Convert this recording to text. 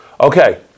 Okay